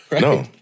No